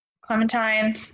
Clementine